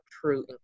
true